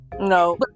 No